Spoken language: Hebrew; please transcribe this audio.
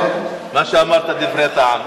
מה שאמרת, דברי טעם.